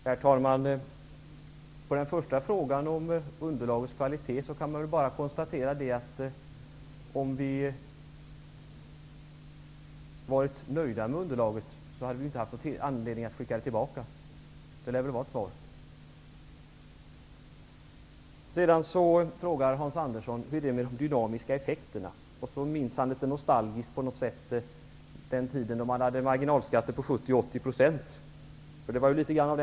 Herr talman! Hans Andersson började med att fråga om underlagets kvalitet. Om vi hade varit nöjda med underlaget, hade vi inte haft anledning att skicka tillbaka ärendet. Det är mitt svar. Hans Andersson undrade hur det var med de dynamiska effekterna. Sedan minns han litet nostalgiskt den tid då man hade marginalskatter på 70--80 %.